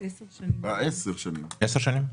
עשר שנים.